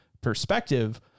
perspective